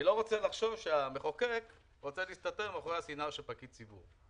אני לא רוצה לחשוב שהמחוקק רוצה להסתתר מאחורי הסינר של פקיד ציבור.